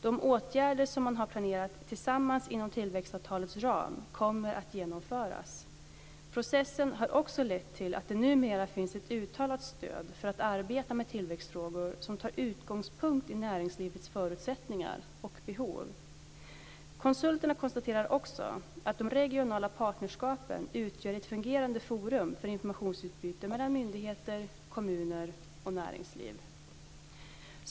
De åtgärder som man har planerat tillsammans inom tillväxtavtalets ram kommer att genomföras. Processen har också lett till att det numera finns ett uttalat stöd för att arbeta med tillväxtfrågor som tar utgångspunkt i näringslivets förutsättningar och behov. Konsulterna konstaterar också att de regionala partnerskapen utgör ett fungerande forum för informationsutbyte mellan myndigheter, kommuner och näringsliv.